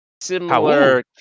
similar